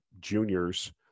juniors